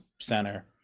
center